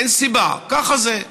אין סיבה, ככה זה.